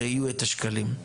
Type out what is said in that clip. שיהיו את השקלים.